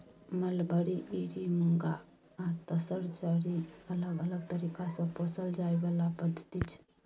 mulberry, eri, muga आ तसर चारि अलग अलग तरीका सँ पोसल जाइ बला पद्धति छै